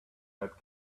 that